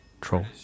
Troll